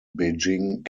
beijing